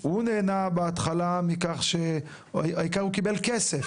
הוא נהנה בהתחלה מכך שהעיקר הוא קיבל כסף,